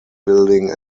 building